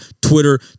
Twitter